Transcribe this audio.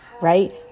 right